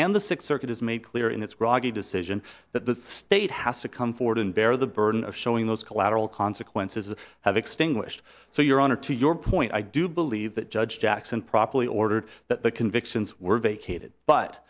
is made clear in this rocky decision that the state has to come forward and bear the burden of showing those collateral consequences have extinguished so your honor to your point i do believe that judge jackson properly ordered that the convictions were vacated but